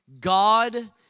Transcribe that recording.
God